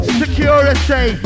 security